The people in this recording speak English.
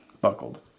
buckled